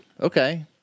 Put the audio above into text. Okay